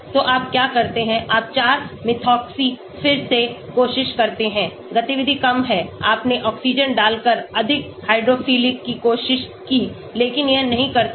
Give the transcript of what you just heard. तो आप क्या करते हैं आप 4 मेथोक्सी फिर से कोशिश करते हैं गतिविधि कम है आपने ऑक्सीजन डालकर अधिक हाइड्रोफिलिक की कोशिश की लेकिन यह नहीं करता है